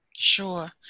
Sure